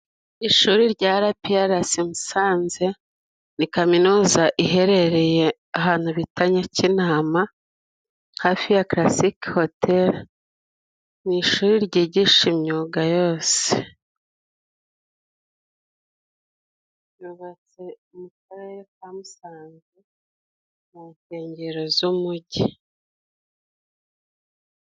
Ishuri rya Arapiyarasi Musanze ni kaminuza iherereye ahantu bita Nyakinama, hafi ya Karasike hoteli. Ni ishuri ryigisha imyuga yose ryubatse mu Karere ka Musanze, mu nkengero z'umujyi.